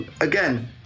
again